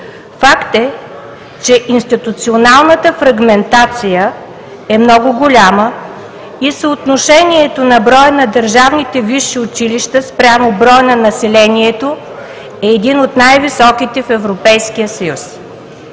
Факт е, че институционалната фрагментация е много голяма и съотношението на броя на държавните висши училища спрямо броя на населението е един от най-високите в Европейския съюз.